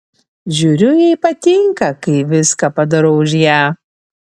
žiūriu jai patinka kai viską padarau už ją